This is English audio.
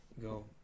Go